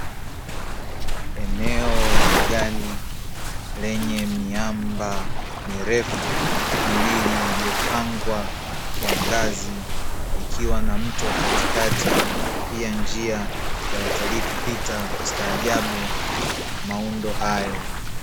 Eneo la mbugani lenye miamba mirefu miwili, iliyopangwa kwa ngazi ikiwa na mto katika pia njia ya watalii kupita kustaajabu maungo hayo.